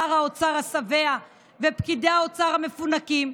שר האוצר השבע ופקידי האוצר המפונקים?